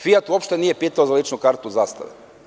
Fijat“ uopšte nije pitao za ličnu kartu „Zastave“